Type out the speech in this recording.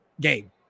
game